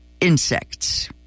insects